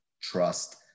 trust